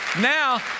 now